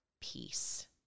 peace